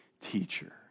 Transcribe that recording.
teacher